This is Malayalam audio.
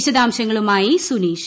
വിശദാംശങ്ങളുമായി സുനീഷ്